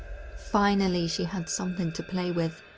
finally she had something to play with,